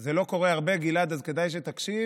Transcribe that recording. זה לא קורה הרבה, גלעד, אז כדאי שתקשיב,